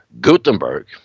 Gutenberg